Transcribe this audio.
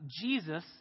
Jesus